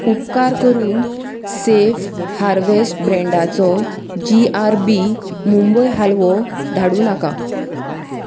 उपकार करून safe harvest ब्रॅण्डाचो जी आर बी मुंबय हालवो धाडूं नाका